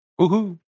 Woohoo